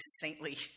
saintly